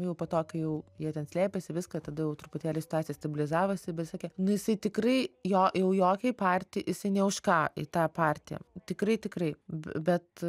jau po to kai jau jie ten slėpėsi viską tada jau truputėlį situacija stabilizavosi bet sakė nu jisai tikrai jo jau jokiai partijai jisai nė už ką į tą partiją tikrai tikrai bet